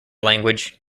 language